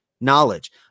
knowledge